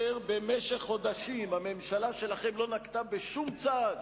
כאשר במשך חודשים הממשלה שלכם לא נקטה שום צעד